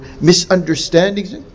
misunderstandings